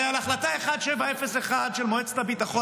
הרי על החלטה 1701 של מועצת הביטחון